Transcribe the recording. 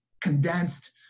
condensed